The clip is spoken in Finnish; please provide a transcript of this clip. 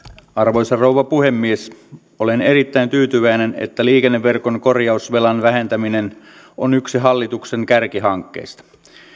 arvoisa rouva puhemies olen erittäin tyytyväinen että liikenneverkon korjausvelan vähentäminen on yksi hallituksen kärkihankkeista